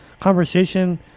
conversation